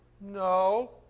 No